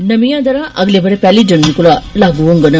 नमियां दरां अगले बरे पैहली जनवरी कोला लागू होंगन